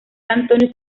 antonio